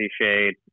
Shade